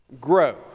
grow